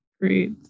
Great